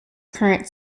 current